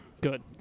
good